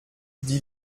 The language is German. die